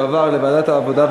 לדיון מוקדם בוועדת העבודה,